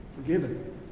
forgiven